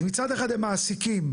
מצד אחד, הם מעסיקים,